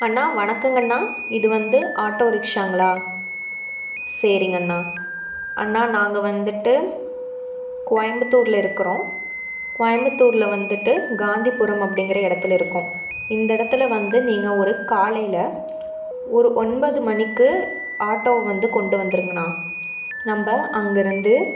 அண்ணா வணக்கங்கண்ணா இது வந்து ஆட்டோ ரிக்ஷாங்களா சரிங்கண்ணா அண்ணா நாங்கள் வந்துட்டு கோயம்புத்தூரில் இருக்கிறோம் கோயம்புத்தூரில் வந்துட்டு காந்திபுரம் அப்படிங்கிற இடத்துல இருக்கோம் இந்த இடத்துல வந்து நீங்கள் ஒரு காலையில் ஒரு ஒன்பது மணிக்கு ஆட்டோ வந்து கொண்டு வந்துடுங்கண்ணா நம்ம அங்கிருந்து